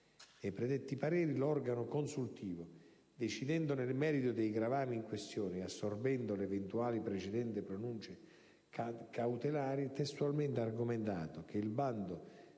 predetti pareri l'organo consultivo, decidendo nel merito dei gravami in questione e assorbendo le eventuali precedenti pronunce cautelari, testualmente ha argomentato che il bando